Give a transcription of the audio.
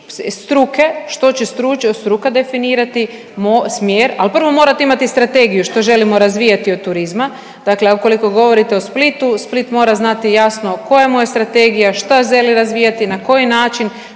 struke što će struka definirati smjer, al prvo morate imat strategiju što želimo razvijati od turizma. Dakle, ukoliko govorite o Splitu, Split mora znati jasno koja mu je strategija, šta želi razvijati, na koji način,